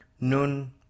nun